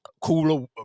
cooler